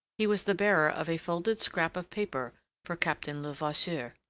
he was the bearer of a folded scrap of paper for captain levasseur.